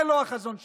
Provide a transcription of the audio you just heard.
זה לא החזון שלנו.